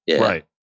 Right